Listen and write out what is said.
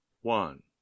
one